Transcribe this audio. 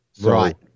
right